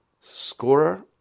Scorer